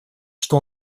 что